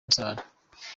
musarane